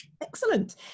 Excellent